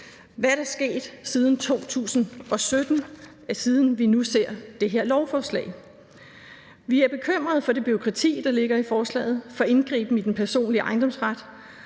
Hvad er der sket siden 2017, siden vi nu ser det her lovforslag? Vi er bekymrede for det bureaukrati, der ligger i forslaget, for indgriben i den personlige ejendomsret,